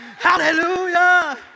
Hallelujah